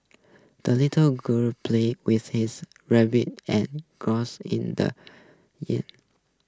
the little girl played with his rabbit and geese in the yard